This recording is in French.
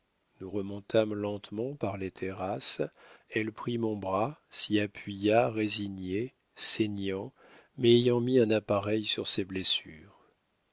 nous remontâmes lentement par les terrasses elle prit mon bras s'y appuya résignée saignant mais ayant mis un appareil sur ses blessures